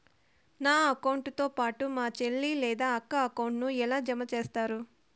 నా అకౌంట్ తో పాటు మా చెల్లి లేదా అక్క అకౌంట్ ను ఎలా జామ సేస్తారు?